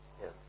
Yes